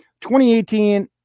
2018